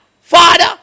Father